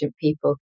people